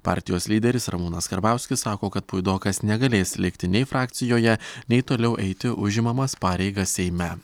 partijos lyderis ramūnas karbauskis sako kad puidokas negalės likti nei frakcijoje nei toliau eiti užimamas pareigas seime